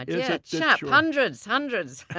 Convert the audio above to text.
yeah chap? hundreds, hundreds!